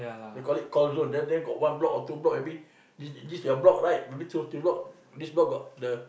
they call it call zone down there got one block or two block maybe this this your block right maybe two three block this block got the